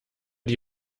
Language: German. die